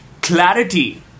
Clarity